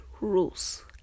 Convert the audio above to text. rules